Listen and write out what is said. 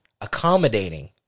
Accommodating